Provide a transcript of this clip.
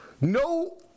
no